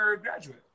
graduate